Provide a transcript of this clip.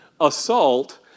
assault